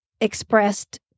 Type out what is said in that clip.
expressed